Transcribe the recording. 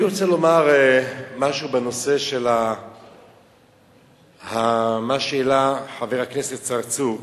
אני רוצה לומר משהו בנושא של מה שהעלה חבר הכנסת צרצור.